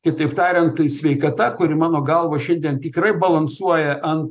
kitaip tariant sveikata kuri mano galva šiandien tikrai balansuoja ant